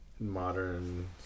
modern